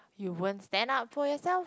you won't stand up for yourself